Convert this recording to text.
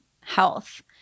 health